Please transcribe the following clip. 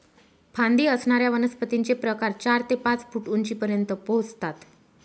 फांदी असणाऱ्या वनस्पतींचे प्रकार चार ते पाच फूट उंचीपर्यंत पोहोचतात